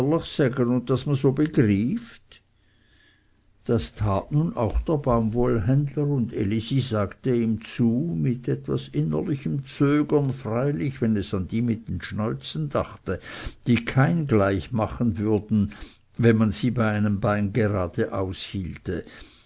bigryft das tat nun auch der baumwollenhändler und elisi sagte ihm zu mit etwas innerlichem zögern freilich wenn es an die mit den schnäuzen dachte die kein gleich machen würden wenn man sie bei einem bein geradeaus